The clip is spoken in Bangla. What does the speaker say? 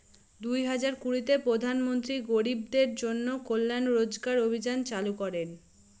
দুই হাজার কুড়িতে প্রধান মন্ত্রী গরিবদের জন্য কল্যান রোজগার অভিযান চালু করেন